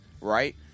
right